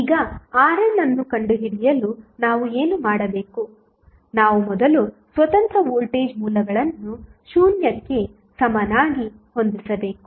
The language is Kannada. ಈಗ RN ಅನ್ನು ಕಂಡುಹಿಡಿಯಲು ನಾವು ಏನು ಮಾಡಬೇಕು ನಾವು ಮೊದಲು ಸ್ವತಂತ್ರ ವೋಲ್ಟೇಜ್ ಮೂಲಗಳನ್ನು 0 ಗೆ ಸಮನಾಗಿ ಹೊಂದಿಸಬೇಕು